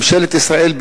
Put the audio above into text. ממשלת ישראל,